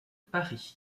paris